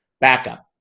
backup